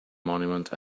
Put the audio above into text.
monument